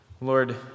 Lord